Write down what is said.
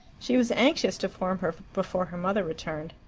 she was anxious to form her before her mother returned.